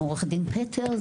עם עורך הדין פטר,